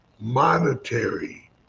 monetary